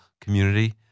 community